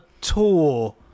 tour